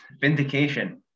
vindication